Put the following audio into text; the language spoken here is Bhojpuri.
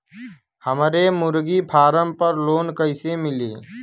हमरे मुर्गी फार्म पर लोन कइसे मिली?